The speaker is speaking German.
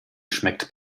schmeckt